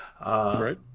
right